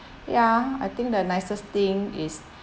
ya I think the nicest thing is